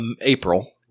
April